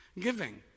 Giving